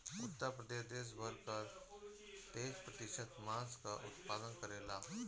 उत्तर प्रदेश देस भर कअ तेईस प्रतिशत मांस कअ उत्पादन करेला